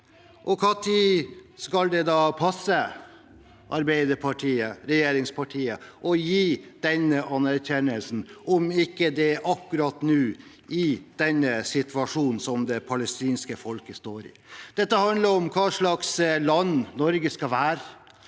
passe regjeringspartiet Arbeiderpartiet å gi denne anerkjennelsen, om det ikke er akkurat nå, i den situasjonen som det palestinske folket står i? Dette handler om hva slags land Norge skal være.